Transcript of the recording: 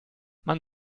man